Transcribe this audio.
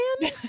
man